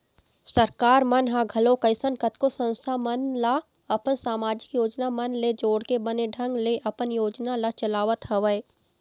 सरकार मन ह घलोक अइसन कतको संस्था मन ल अपन समाजिक योजना मन ले जोड़के बने ढंग ले अपन योजना ल चलावत हवय